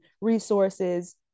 resources